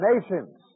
nations